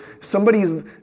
somebody's